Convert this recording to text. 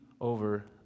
over